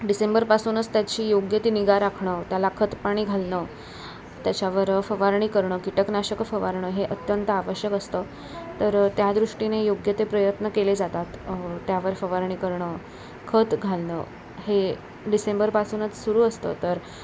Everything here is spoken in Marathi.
डिसेंबरपासूनच त्याची योग्य ती निगा राखणं त्याला खतपाणी घालणं त्याच्यावर फवारणी करणं कीटकनाशकं फवारणं हे अत्यंत आवश्यक असतं तर त्या दृष्टीने योग्य ते प्रयत्न केले जातात त्यावर फवारणी करणं खत घालणं हे डिसेंबरपासूनच सुरू असतं तर